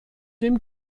dem